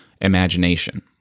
imagination